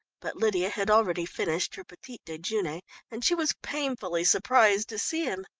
but lydia had already finished her petite dejeuner and she was painfully surprised to see him.